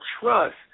trust